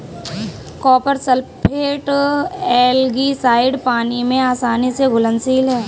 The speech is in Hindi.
कॉपर सल्फेट एल्गीसाइड पानी में आसानी से घुलनशील है